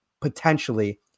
potentially